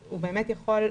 הוא באמת יכול,